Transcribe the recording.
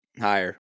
Higher